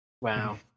Wow